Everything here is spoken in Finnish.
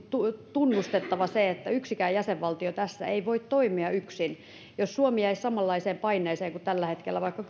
tunnustettava se että yksikään jäsenvaltio tässä ei voi toimia yksin jos suomi jäisi samanlaiseen paineeseen kuin tällä hetkellä on vaikka